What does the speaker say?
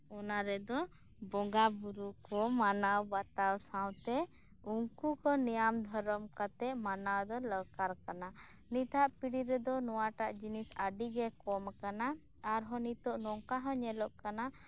ᱚᱱᱟ ᱨᱮᱫᱚ ᱵᱚᱸᱜᱟ ᱵᱩᱨᱩ ᱠᱚ ᱢᱟᱱᱟᱣ ᱵᱟᱛᱟᱣ ᱥᱟᱶᱛᱮ ᱩᱱᱠᱩ ᱠᱚ ᱱᱤᱭᱟᱢ ᱫᱷᱚᱨᱚᱢ ᱠᱟᱛᱮᱫ ᱢᱟᱱᱟᱣ ᱫᱚ ᱫᱚᱨᱠᱟᱨ ᱠᱟᱱᱟ ᱱᱤᱛᱟᱜ ᱯᱤᱲᱦᱤ ᱨᱮᱫᱚ ᱱᱚᱣᱟᱴᱟᱜ ᱡᱤᱱᱤᱥ ᱟᱹᱰᱤᱜᱮ ᱠᱚᱢ ᱟᱠᱟᱱᱟ ᱟᱨ ᱦᱚᱸ ᱱᱤᱛᱚᱜ ᱱᱚᱝᱠᱟᱦᱚᱸ ᱧᱮᱞᱚᱜ ᱠᱟᱱᱟ